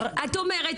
את אומרת